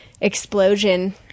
explosion